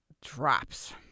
drops